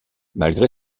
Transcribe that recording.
malgré